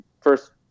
first